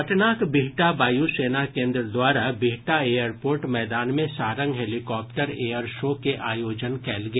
पटनाक बिहटा वायु सेना केन्द्र द्वारा बिहटा एयरपोर्ट मैदान मे सारंग हेलीकॉप्टर एयर शो के आयोजन कयल गेल